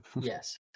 yes